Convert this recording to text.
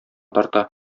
тарта